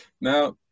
Now